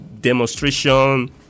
demonstration